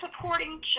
supporting